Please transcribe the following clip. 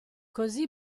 così